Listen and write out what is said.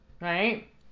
Right